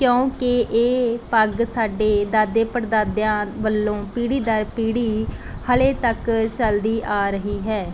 ਕਿਉਂਕਿ ਇਹ ਪੱਗ ਸਾਡੇ ਦਾਦੇ ਪੜਦਾਦਿਆਂ ਵੱਲੋਂ ਪੀੜ੍ਹੀ ਦਰ ਪੀੜ੍ਹੀ ਹਾਲੇ ਤੱਕ ਚੱਲਦੀ ਆ ਰਹੀ ਹੈ